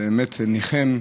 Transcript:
זה באמת ניחם.